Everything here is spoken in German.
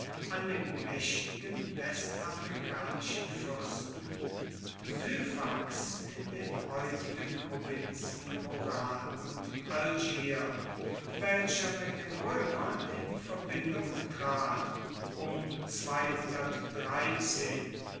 an dem maechtigen westafrikanischen fuersten syphax in den heutigen provinzen oran und algier welcher mit den roemern in verbindung trat